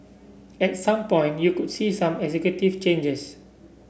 at some point you could see some executive changes